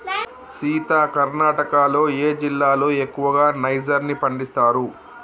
సీత కర్ణాటకలో ఏ జిల్లాలో ఎక్కువగా నైజర్ ని పండిస్తారు